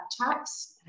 tax